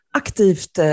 aktivt